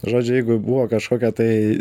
žodžiu jeigu buvo kažkokia tai